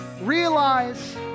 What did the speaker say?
realize